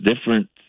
different